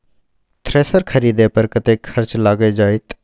Thresher खरीदे पर कतेक खर्च लाईग जाईत?